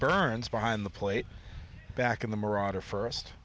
burns behind the plate back in the marauder first